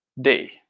day